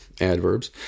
adverbs